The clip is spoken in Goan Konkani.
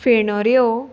फेणोऱ्यो